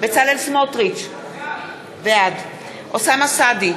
בצלאל סמוטריץ, בעד אוסאמה סעדי,